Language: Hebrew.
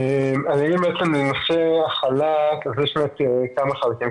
בנושא החל"ת יש לנו כמה חלקים.